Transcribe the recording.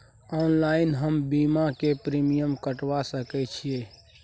Online हम बीमा के प्रीमियम कटवा सके छिए?